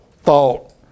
thought